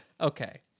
Okay